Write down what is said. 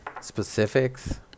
specifics